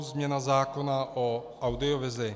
Změna zákona o audiovizi.